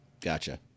gotcha